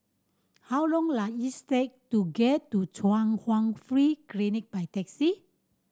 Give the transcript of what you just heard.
how long does it take to get to Chung Hwa Free Clinic by taxi